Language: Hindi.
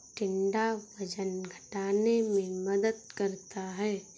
टिंडा वजन घटाने में मदद करता है